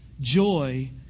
Joy